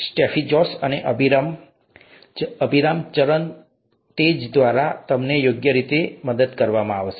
સ્ટેફી જોસ અને અભિરામ ચરણ તેજ દ્વારા તમને યોગ્ય રીતે મદદ કરવામાં આવશે